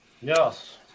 Yes